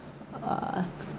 ugh